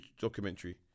documentary